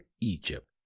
Egypt